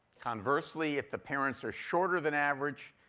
conversely, if the parents are shorter than average,